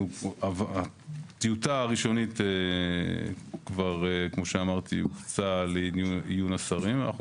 הטיוטה הראשונית כבר הופצה לעיון השרים ואנחנו